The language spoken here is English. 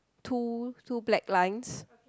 two two black lines